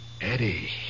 Eddie